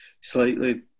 slightly